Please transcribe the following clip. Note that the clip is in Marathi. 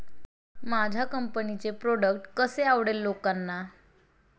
माझ्या कंपनीचे प्रॉडक्ट कसे आवडेल लोकांना?